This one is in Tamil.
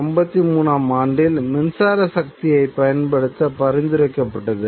1753 ஆம் ஆண்டில் மின்சார சக்தியைப் பயன்படுத்த பரிந்துரைக்கப்பட்டது